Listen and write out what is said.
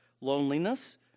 loneliness